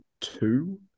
two